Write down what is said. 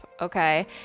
okay